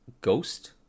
ghost